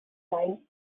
atsain